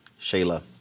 Shayla